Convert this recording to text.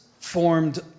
formed